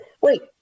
Wait